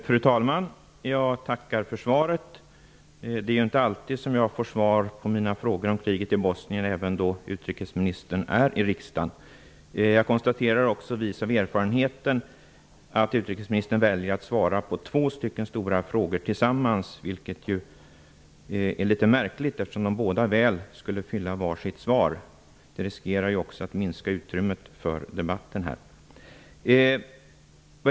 Fru talman! Jag tackar för svaret. Det är inte alltid som jag får svar på mina frågor om kriget i Bosnien även när utrikesministern är i riksdagen. Vis av erfarenheten konstaterar jag att utrikesministern väljer att besvara två stora frågor tillsammans, vilket är litet märkligt eftersom de båda frågorna väl skulle kunna besvaras var för sig. Det riskerar också att minska utrymmet för debatten.